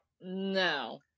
No